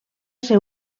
ser